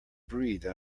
breathe